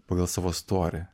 pagal savo storį